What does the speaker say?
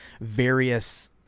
various